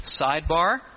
Sidebar